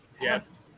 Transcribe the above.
Yes